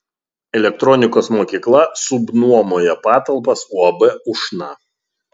elektronikos mokykla subnuomoja patalpas uab ušna